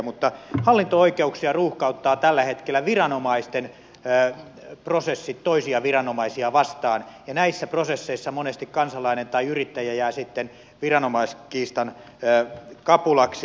mutta hallinto oikeuksia ruuhkauttavat tällä hetkellä viranomaisten prosessit toisia viranomaisia vastaan ja näissä prosesseissa monesti kansalainen tai yrittäjä jää sitten viranomaiskiistan kapulaksi